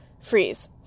freeze